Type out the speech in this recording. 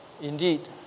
indeed